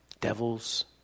devils